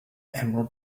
emerald